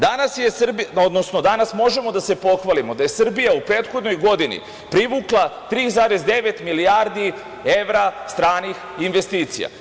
Danas možemo da se pohvalimo da je Srbija u prethodnoj godini privukla 3,9 milijardi evra stranih investicija.